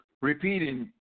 Repeating